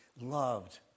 loved